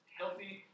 healthy